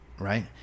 right